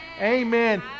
Amen